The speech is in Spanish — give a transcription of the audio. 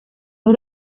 los